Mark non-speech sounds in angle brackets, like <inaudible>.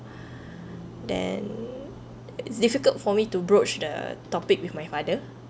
<breath> then it's difficult for me to broach the topic with my father